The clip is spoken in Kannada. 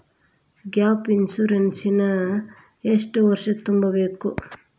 ಗ್ಯಾಪ್ ಇನ್ಸುರೆನ್ಸ್ ನ ಎಷ್ಟ್ ವರ್ಷ ತುಂಬಕು?